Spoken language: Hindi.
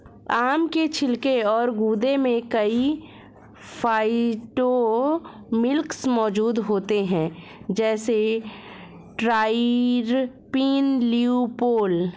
आम के छिलके और गूदे में कई फाइटोकेमिकल्स मौजूद होते हैं, जैसे ट्राइटरपीन, ल्यूपोल